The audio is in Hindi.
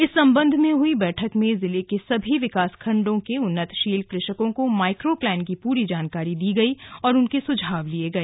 इस संबंध में हुई बैठक में जिले के सभी विकासखण्डों के उन्नतशील कृ षकों को माइक्रोप्लान की पूरी जानकारी दी गई और उनके सुझाव लिए गए